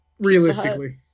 Realistically